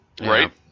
Right